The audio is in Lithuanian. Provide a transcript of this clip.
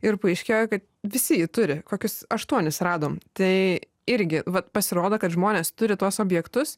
ir paaiškėjo kad visi jį turi kokius aštuonis radom tai irgi vat pasirodo kad žmonės turi tuos objektus